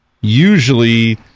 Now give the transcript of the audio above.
usually